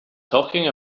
talking